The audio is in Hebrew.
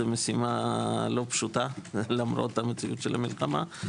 זו משימה לא פשוטה למרות מציאות המלחמה.